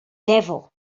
devil